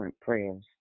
prayers